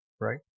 right